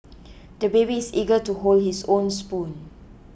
the baby is eager to hold his own spoon